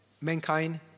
mankind